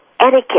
Etiquette